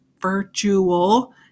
virtual